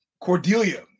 Cordelia